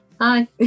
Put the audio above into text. Hi